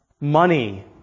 money